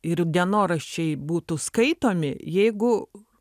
ir dienoraščiai būtų skaitomi jeigu